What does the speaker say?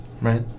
Right